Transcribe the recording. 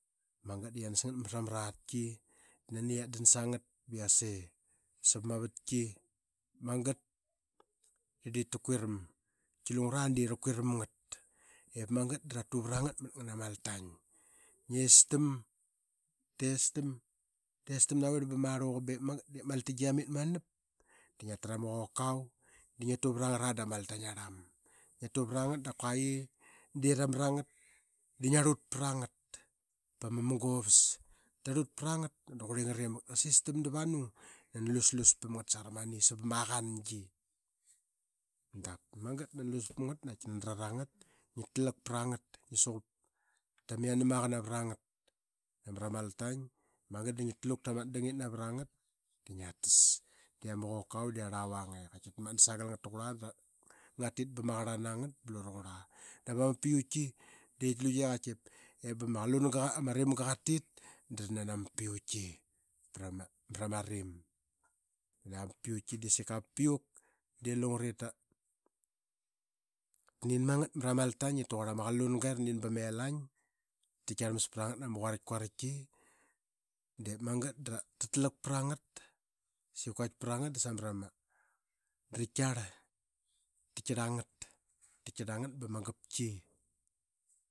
Magat da qianas ngat mrama ratki da nani qi atdan sangat ba i yase sava na vatki. Magat da diip ta kuram. Qaitki lungra de rakuram ngat ip magat dra tu vrangut mat ngana ma itain. Ngi estam, testam, testam navirl ba ms rluqa be magat de ms altingi qi amit manap, da ngi atra ma qokau ds ngi atu vranga dama ltain arlam. Ngi estam, testam, testam navirl ba ma rluqa ba magat de msa altingi qi amit manap, da ngi atra ma qokau da ngi atu vrangra dama ltain arlam. Ngi atu vrangat da kua qi de ramrangat da ngi arlut prangat pama munga vas. Tarlut prnagat de qurlingre mak dra sistam takanu de nani lus lus pam ngat samrani sava ma qankidap. Magatda lus pam mgat da naitki rarangat de ngi tlak prangat i ngi suqup tama yanamaqa navrangat namra ma altain. De magat da ngi tluk tama at dangit navrangat da ngi atas. De ama qokau de angravangat da ngi atas. De ama qokau de angravanga i qaitki rat matna sagal ngat taqurla i ngatit bama qarlan nangat blu raqurla. Dava ma piuktki de dlu qie qaitki ba ma rimga qatit dranan ama piuktki mrama rim. Luqia ma piuktki de sika ma piuk de lungre ta nin mangat mrama itain i taquarl ama qalunga iranin bama ilain. Ta tkiarl mas prangat na ma quaritkauriktki de mangat dra tlak prangat. Ta sikuait prangat da samramam, dra tkiarl t atkiarl angat bama gaptki